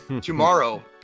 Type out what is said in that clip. Tomorrow